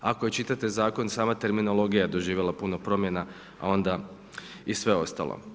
Ako i čitate zakon, sama terminologija je doživjela puno promjena a onda i sve ostalo.